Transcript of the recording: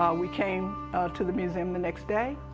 we came to the museum the next day.